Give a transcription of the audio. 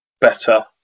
better